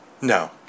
No